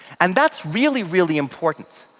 and that's really, really important.